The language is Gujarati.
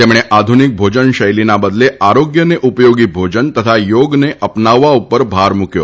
તેમણે આધુનીક ભોજનશૈલીના બદલે આરોગ્યને ઉપયોગી ભોજન તથા યોગને અપનાવવા ઉપર ભાર મુક્યો